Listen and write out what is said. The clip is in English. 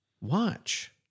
watch